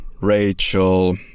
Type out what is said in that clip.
Rachel